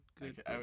good